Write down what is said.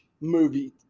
movie